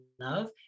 love